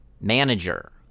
manager